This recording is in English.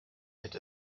had